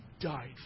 died